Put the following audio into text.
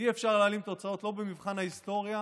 אי-אפשר להעלים תוצאות לא במבחן ההיסטוריה